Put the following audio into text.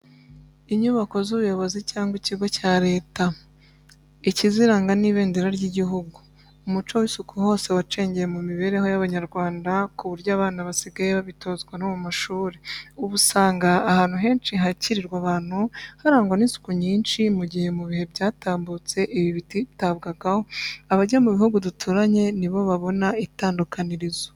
Inyubako z'ubuyobozi cyangwa ikigo cya Leta, ikiziranga ni ibendera ry'igihugu. Umuco w'isuku hose wacengeye mu mibereho y'Abanyarwanda ku buryo abana basigaye babitozwa no mu mashuri. Ubu usanga ahantu henshi hakirirwa abantu, harangwa n'isuku nyinshi mu gihe mu bihe byatambutse ibi bititabwagaho. Abajya mu bihugu duturanye ni bo babona itandukanirizo.